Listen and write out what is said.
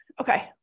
Okay